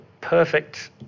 perfect